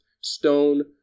stone